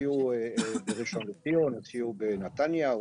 הוציאו בראשון לציון, בנתניה.